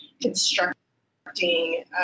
constructing